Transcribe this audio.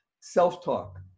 Self-talk